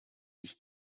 zich